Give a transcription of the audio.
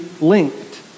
linked